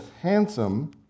handsome